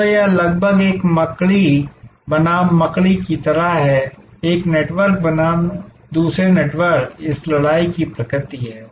तो यह लगभग एक मकड़ी बनाम मकड़ी की तरह है एक नेटवर्क बनाम दूसरे नेटवर्क इस लड़ाई की प्रकृति है